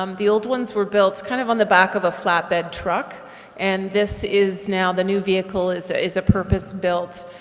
um the old ones were built kind of on the back of a flatbed truck and this is now, the new vehicle is ah is a purpose-built